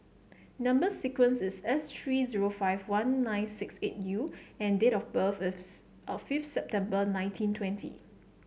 number sequence is S three zero five one nine six eight U and date of birth O fifth September nineteen twenty